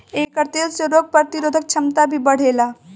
एकर तेल से रोग प्रतिरोधक क्षमता भी बढ़ेला